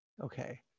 Okay